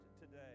today